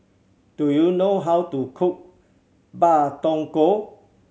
do you know how to cook Pak Thong Ko